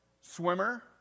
swimmer